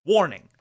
Warning